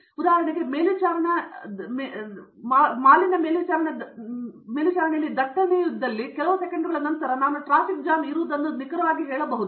ಉದಾಹರಣೆಗೆ ಮೇಲ್ವಿಚಾರಣಾ ದಟ್ಟಣೆಯು ಇದ್ದಲ್ಲಿ ಕೆಲವು ಸೆಕೆಂಡುಗಳ ನಂತರ ನಾನು ಟ್ರಾಫಿಕ್ ಜಾಮ್ ಇರುವುದನ್ನು ನಿಖರವಾಗಿ ಹೇಳಬೇಕಾಗಿದೆ